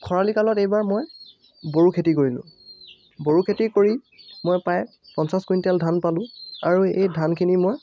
খৰালি কালত এইবাৰ মই বড়ো খেতি কৰিলোঁ বড়ো খেতি কৰি মই প্ৰায় পঞ্চাছ কুইণ্টল ধান পালোঁ আৰু এই ধানখিনি মই